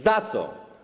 Za co?